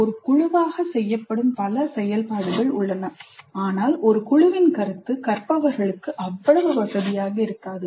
ஒரு குழுவாக செய்யப்படும் பல செயல்பாடுகள் உள்ளன ஆனால் ஒரு குழுவின் கருத்து கற்பவர்களுக்கு அவ்வளவு வசதியாக இருக்காது